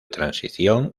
transición